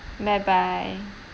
bye bye